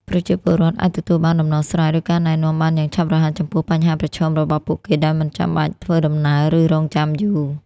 ប្រជាពលរដ្ឋអាចទទួលបានដំណោះស្រាយ ឬការណែនាំបានយ៉ាងឆាប់រហ័សចំពោះបញ្ហាប្រឈមរបស់ពួកគេ ដោយមិនចាំបាច់ធ្វើដំណើរ ឬរង់ចាំយូរ។